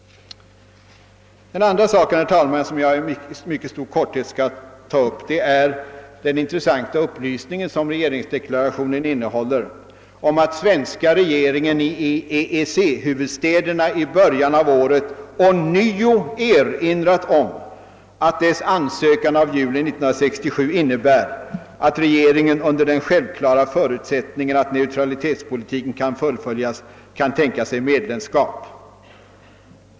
Den andra frågan som jag i mycket stor korthet skall ta upp är den intressanta upplysning, som lämnas i regeringsdeklarationen, att den svenska regeringen i början av året i EEC-huvudstäderna ånyo erinrat om att dess ansökan från juli 1967 innebär att regeringen under den självklara förutsättningen att neutralitetspolitiken kan fullföljas kan tänka sig medlemskap.